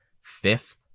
fifth